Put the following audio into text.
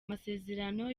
amasezerano